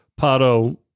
Pato